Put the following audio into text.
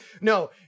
No